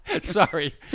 Sorry